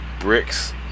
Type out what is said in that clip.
bricks